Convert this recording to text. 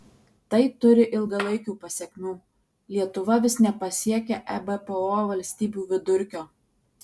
tai turi ilgalaikių pasekmių lietuva vis nepasiekia ebpo valstybių vidurkio